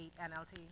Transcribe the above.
NLT